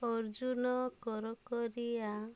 ଅର୍ଜୁନ କର କରିଆ